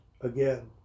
again